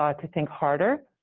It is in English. um to think harder,